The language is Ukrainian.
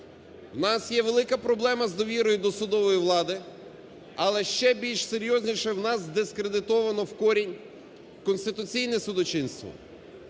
У нас є велика проблема з довірою до судової влади. Але ще більш серйозніше у нас дискредитовано в корінь конституційне судочинство.